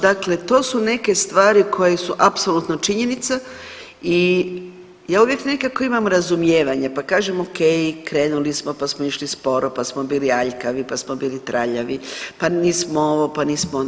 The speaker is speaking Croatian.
Dakle, to su neke stvari koje su apsolutno činjenica i ja uvijek nekako imam razumijevanja pa kažem o.k. krenuli smo, pa smo išli sporo, pa smo bili aljkavi, pa smo bili traljavi, pa nismo ovo, pa nismo ono.